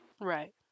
Right